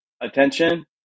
attention